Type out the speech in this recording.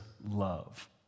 love